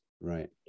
right